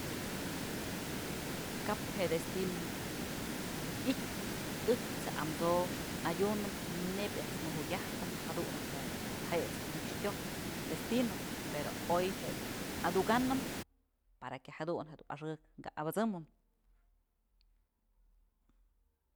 Kap je'e destino i'ityë ëjt's je'e amso'o adyunëm neyb ëjt's majukyajtëm jadun ëjt's je'e jet's jedun nëkx kyojyë estino pero oy je'e adukanëm para que jadun jedun axëk ka'a abësëmëm.